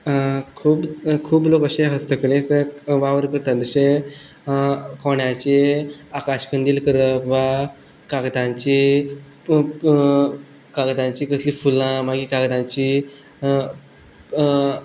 खूब खूब लोक अशे हस्तकलेचो वावर करता जशे कोंड्याची आकाशकंडील करप वा कागदांचीं कागदांचीं कसलीं फुलां मागीर कागदांचीं